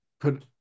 put